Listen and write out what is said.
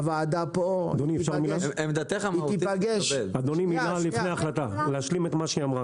הוועדה פה תיפגש --- אני רוצה להשלים את מה שהיא אמרה,